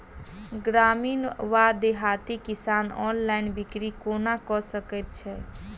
ग्रामीण वा देहाती किसान ऑनलाइन बिक्री कोना कऽ सकै छैथि?